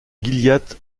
gilliatt